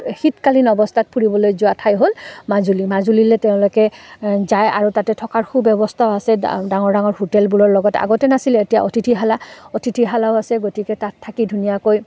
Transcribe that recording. শীতকালীন অৱস্থাত ফুৰিবলৈ যোৱা ঠাই হ'ল মাজুলী মাজুলিলৈ তেওঁলোকে যায় আৰু তাতে থকাৰ সু ব্যৱস্থা আছে ডাঙৰ ডাঙৰ হোটেলবোৰৰ লগত আগতে নাছিলে এতিয়া অতিথিশালা অতিথিশালাও আছে গতিকে তাত থাকি ধুনীয়াকৈ